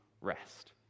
rest